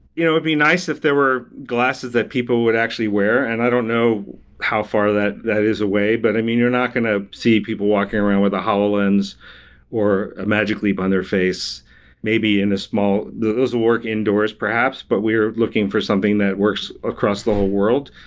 it would be nice if there were glasses that people would actually wear, and i don't know how far that that is away. but, i mean, you're not going to see people walking around with a hololens or a magic leap on their face maybe in a small those who work indoors perhaps, but we're looking for something that works across the whole world.